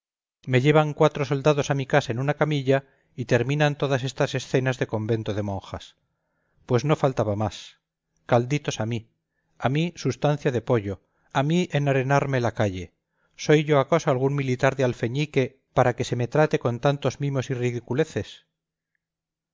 me llevan cuatro soldados a mi casa en una camilla y terminan todas estas escenas de convento de monjas pues no faltaba más calditos a mí a mí sustancia de pollo a mí enarenarme la calle soy yo acaso algún militar de alfeñique para que se me trate con tantos mimos y ridiculeces